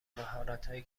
مهارتهایی